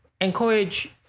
Encourage